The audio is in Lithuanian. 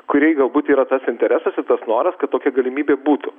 kuriai galbūt yra tas interesas bet noras kad tokia galimybė būtų